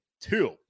two